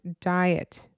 diet